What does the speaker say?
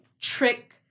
trick